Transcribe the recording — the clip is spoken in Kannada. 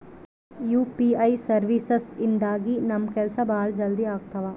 ಯು.ಪಿ.ಐ ಸರ್ವೀಸಸ್ ಇಂದಾಗಿ ನಮ್ ಕೆಲ್ಸ ಭಾಳ ಜಲ್ದಿ ಅಗ್ತವ